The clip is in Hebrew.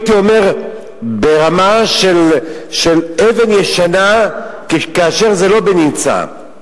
הייתי אומר ברמה של אבן ישנה כאשר זה לא בנמצא.